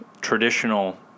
traditional